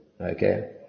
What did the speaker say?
okay